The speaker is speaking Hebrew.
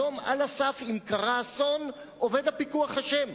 היום, על הסף, אם קרה אסון, עובד הפיקוח אשם.